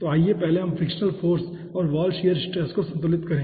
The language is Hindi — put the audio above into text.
तो आइए पहले हम फ्रिक्शनल फाॅर्स और वॉल शियर स्ट्रेस को संतुलित करें